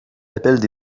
appellent